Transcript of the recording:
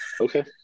Okay